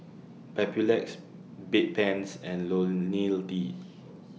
Papulex Bedpans and Ionil T